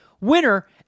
Winner